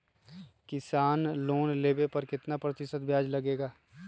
किसान लोन लेने पर कितना प्रतिशत ब्याज लगेगा?